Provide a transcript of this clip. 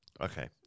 Okay